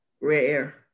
Rare